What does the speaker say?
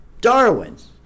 Darwin's